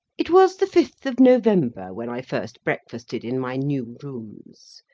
it was the fifth of november when i first breakfasted in my new rooms.